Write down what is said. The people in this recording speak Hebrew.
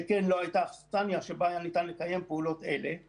שכן לא הייתה אכסניה שבה ניתן היה לקיים פעולות אלה;